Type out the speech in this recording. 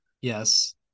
yes